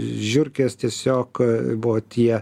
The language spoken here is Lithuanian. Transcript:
žiurkės tiesiog buvo tie